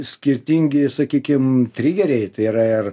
skirtingi sakykim trigeriai tai yra ir